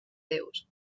déus